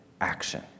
action